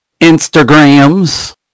Instagrams